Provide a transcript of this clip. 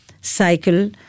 cycle